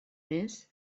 més